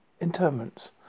interments